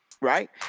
right